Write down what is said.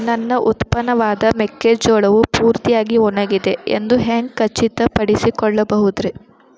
ನನ್ನ ಉತ್ಪನ್ನವಾದ ಮೆಕ್ಕೆಜೋಳವು ಪೂರ್ತಿಯಾಗಿ ಒಣಗಿದೆ ಎಂದು ಹ್ಯಾಂಗ ಖಚಿತ ಪಡಿಸಿಕೊಳ್ಳಬಹುದರೇ?